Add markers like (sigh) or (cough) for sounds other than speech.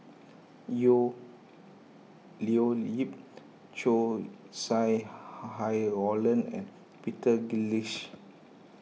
(unintelligible) Leo Yip Chow Sau Hai Roland and Peter (unintelligible)